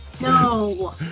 No